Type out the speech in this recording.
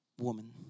woman